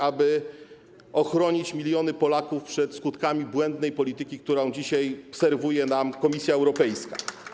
aby ochronić miliony Polaków przed skutkami błędnej polityki, którą dzisiaj serwuje nam Komisja Europejska.